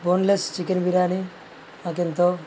boneless chicken biryani నాకెంతో